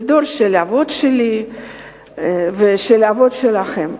זה דור של האבות שלי ושל האבות שלכם.